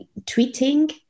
tweeting